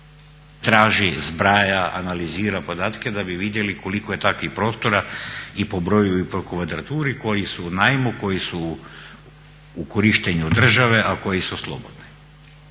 traži, zbraja, analizira podatke da bi vidjeli koliko je takvih prostora i po broju i po kvadraturi, koji su u najmu, koji su u korištenju države a koji su slobodni.